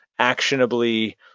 actionably